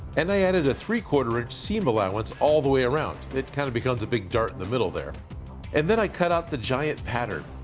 and i added a three quarter inch seam allowance all the way around. it kind of becomes a big dart in the middle there and then i cut out the giant pattern.